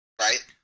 Right